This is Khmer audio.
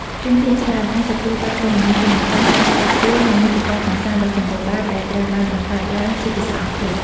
ធនធានច្រើន អាចទទួលបានព័ត៌មាន ចំណេះដឹង ការស្រាវជ្រាវ និងមាតិកាកម្សាន្តដ៏សម្បូរបែបដែលត្រូវបានបង្កើតឡើងជាភាសាអង់គ្លេស។